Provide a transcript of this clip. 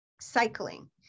cycling